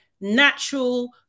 natural